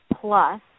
plus